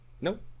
Nope